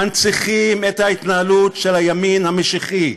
מנציחים את ההתנהלות של הימין המשיחי,